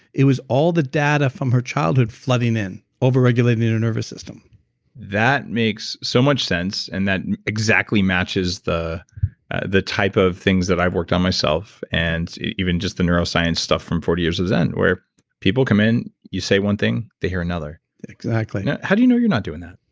it was all the data from her childhood flooding in, over-regulating her nervous system that makes so much sense and that exactly matches the the type of things that i've worked on myself and even just the neuroscience stuff from forty years of zen where people come in, you say one thing, they hear another exactly how do you know you're not doing that?